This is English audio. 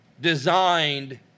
designed